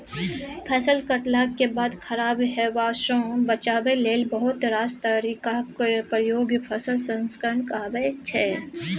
फसल कटलाक बाद खराब हेबासँ बचाबै लेल बहुत रास तरीकाक प्रयोग फसल संस्करण कहाबै छै